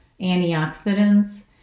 antioxidants